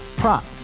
prop